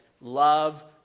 love